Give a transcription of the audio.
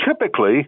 typically